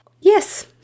Yes